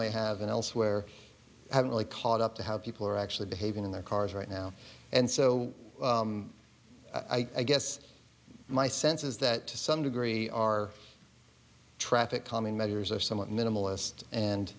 ly have and elsewhere haven't really caught up to how people are actually behaving in their cars right now and so i guess my sense is that to some degree our traffic calming measures are somewhat minimalist and